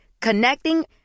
Connecting